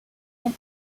and